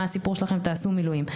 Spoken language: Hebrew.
מה הסיפור שלכם, תעשו מילואים.